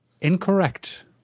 Incorrect